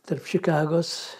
tarp čikagos